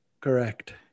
Correct